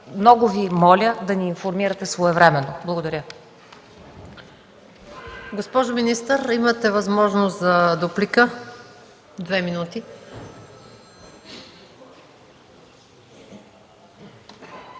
много Ви моля да ни информирате своевременно. Благодаря.